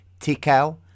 Tikal